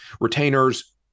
retainers